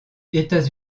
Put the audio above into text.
états